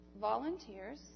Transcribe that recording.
volunteers